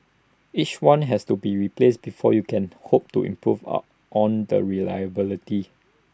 each one has to be replaced before you can hope to improve on the reliability